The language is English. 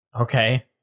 Okay